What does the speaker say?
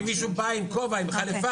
אם מישהו בא עם כובע ועם חליפה,